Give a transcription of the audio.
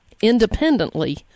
independently